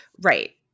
Right